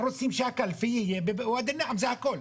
אנחנו רוצים שהקלפי תהיה בוואדי נעים, זה הכול.